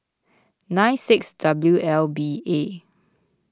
nine six W L B A